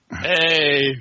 Hey